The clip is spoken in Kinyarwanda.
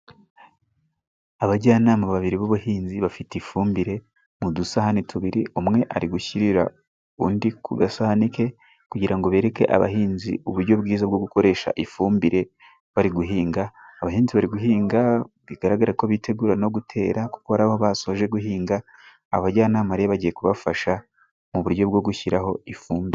Abajyanama babiri b'ubuhinzi bafite ifumbire mu dusahani tubiri. Umwe ari gushyirira undi ku gasani ke kugira ngo bereke abahinzi uburyo bwiza bwo gukoresha ifumbire bari guhinga. Abahinzi bari guhinga bigaragara ko bitegura no gutera kuko hari aho basoje guhinga. Abajyanama bagiye kubafasha mu buryo bwo gushyiraho ifumbire.